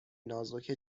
نازک